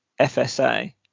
FSA